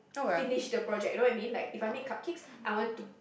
finish the project you know what I mean like if I make cupcakes I want to